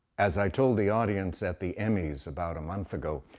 as i told the audience at the emmy's about a month ago,